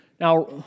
Now